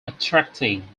attracting